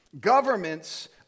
Governments